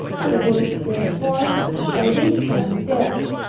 he was therefore by this time dead.